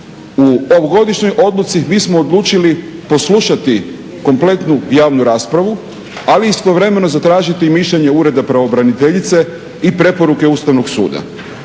U ovogodišnjoj odluci mi smo odlučili poslušati kompletnu javnu raspravu, ali istovremeno zatražiti i mišljenje Ureda pravobraniteljice i preporuke Ustavnog suda.